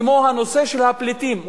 כמו הנושא של הפליטים,